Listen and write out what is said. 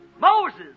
Moses